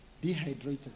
Dehydrated